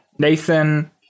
nathan